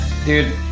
Dude